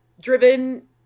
driven